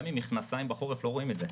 גם עם מכנסיים בחורף לא רואים את זה.